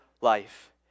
life